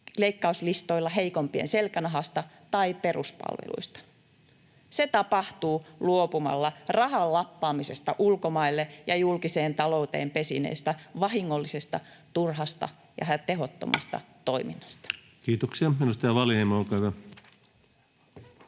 leikkauslistoilla heikompien selkänahasta tai peruspalveluista. Se tapahtuu luopumalla rahan lappaamisesta ulkomaille ja julkiseen talouteen pesineestä, vahingollisesta turhasta ja tehottomasta toiminnasta. [Speech 158] Speaker: